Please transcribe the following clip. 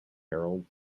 herald